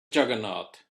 juggernaut